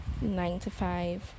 nine-to-five